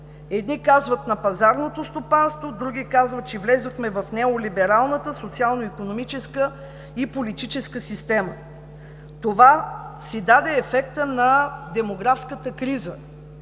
Едни казват: на пазарното стопанство, други казват, че влязохме в неолибералната социално-икономическа и политическа система. Това си даде ефекта на демографската криза.